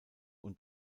und